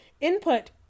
Input